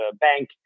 bank